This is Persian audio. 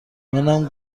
منم